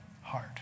heart